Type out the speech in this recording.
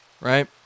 right